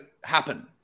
happen